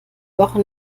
woche